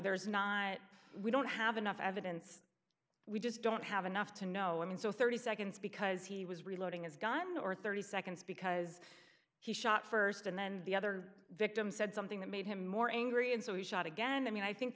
there is not we don't have enough evidence we just don't have enough to know i mean so thirty seconds because he was reloading his gun or thirty seconds because he shot st and then the other victim said something that made him more angry and so he shot again i mean i think